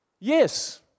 Yes